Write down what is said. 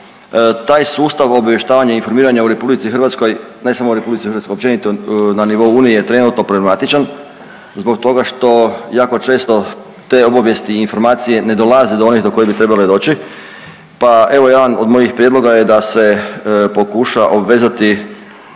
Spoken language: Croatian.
Taj sustav obavještavanja informiranja u RH, ne samo u RH općenito na nivou unije je trenutačno problematičan zbog toga što jako često te obavijesti i informacije ne dolaze do onih do kojih bi trebale doći, pa evo jedan od mojih prijedloga je da se pokuša obvezati